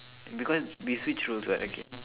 because we switch roles what okay